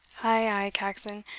ay, ay, caxon,